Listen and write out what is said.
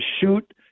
shoot